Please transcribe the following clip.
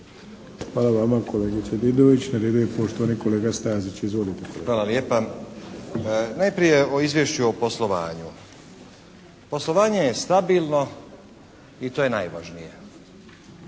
Hvala vama kolegice Didović. Na redu je poštovani kolega Stazić. Izvolite. **Stazić, Nenad (SDP)** Hvala lijepa. Najprije o Izvješću o poslovanju. Poslovanje je stabilno i to je najvažnije.